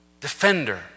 defender